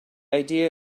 idea